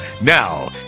Now